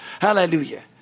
Hallelujah